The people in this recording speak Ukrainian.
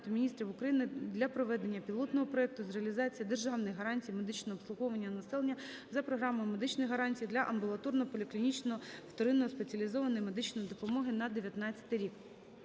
Міністрів України для проведення пілотного проекту з реалізації державних гарантій медичного обслуговування населення за програмою медичних гарантій для амбулаторно-поліклінічної вторинної (спеціалізованої) медичної допомоги на 2019 рік.